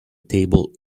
table